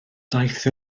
daeth